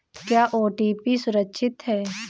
क्या ओ.टी.पी सुरक्षित है?